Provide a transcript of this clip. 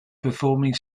performing